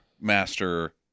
master